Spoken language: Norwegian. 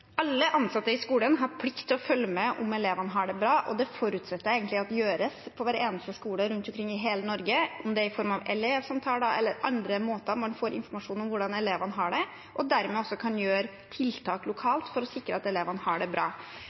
Alle ansatte i skolen har plikt til å følge med på om elevene har det bra. Det forutsetter jeg egentlig at gjøres på hver eneste skole rundt omkring i hele Norge – om det er i form av elevsamtaler eller andre måter å få informasjon på om hvordan elevene har det – og dermed også gjør tiltak lokalt for å sikre at elevene har det bra.